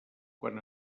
quan